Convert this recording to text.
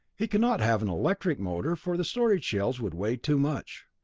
he cannot have an electric motor, for the storage cells would weigh too much.